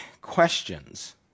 questions